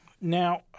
Now